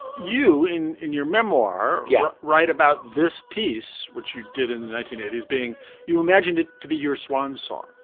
you in. in your memoir you yeah write about this piece which you did in the nineteen eighty s being you imagined it to be your swan song.